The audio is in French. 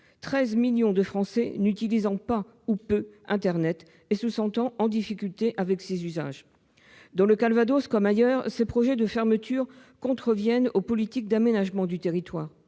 13 millions de Français n'utilisent pas ou peu internet, en raison des difficultés que son usage leur pose. Dans le Calvados comme ailleurs, ces projets de fermetures contreviennent aux politiques d'aménagement du territoire.